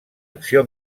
acció